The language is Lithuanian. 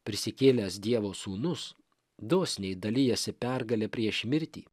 prisikėlęs dievo sūnus dosniai dalijasi pergale prieš mirtį